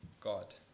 God